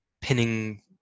pinning